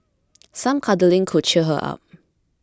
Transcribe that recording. some cuddling could cheer her up